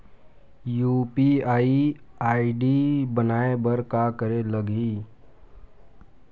UPI ID बनाये बर का करे ल लगही?